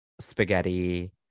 spaghetti